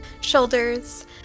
shoulders